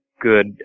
good